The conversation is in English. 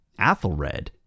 Athelred